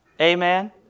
Amen